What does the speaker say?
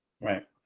right